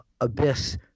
Abyss